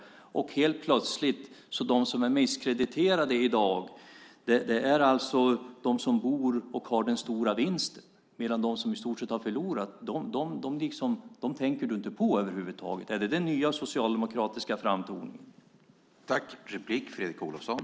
De som helt plötsligt i dag är misskrediterade är de som genom sitt boende fått den stora vinsten medan Fredrik Olovsson över huvud taget inte tänker på dem som förlorat. Är det den nya socialdemokratiska framtoningen?